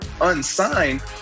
unsigned